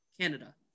Canada